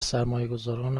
سرمایهگذاران